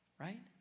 Right